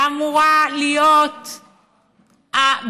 שאמורה להיות הבית